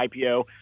IPO